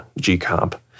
G-Comp